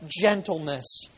gentleness